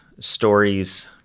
Stories